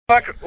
Fuck